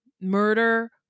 murder